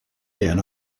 been